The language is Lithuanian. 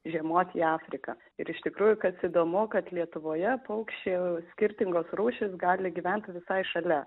žiemoti į afriką ir iš tikrųjų kas įdomu kad lietuvoje paukščia skirtingos rūšys gali gyventi visai šalia